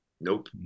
Nope